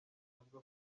avuga